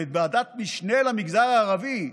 ועדת משנה למגזר הערבי,